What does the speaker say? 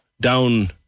down